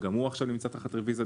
וגם הוא עכשיו נמצא תחת רוויזיה,